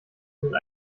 sind